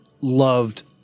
loved